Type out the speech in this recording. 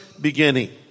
beginning